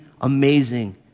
amazing